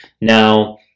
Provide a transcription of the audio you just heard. now